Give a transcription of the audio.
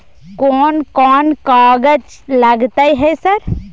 कोन कौन कागज लगतै है सर?